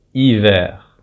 Hiver